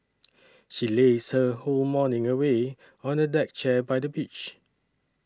she lazed her whole morning away on a deck chair by the beach